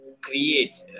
create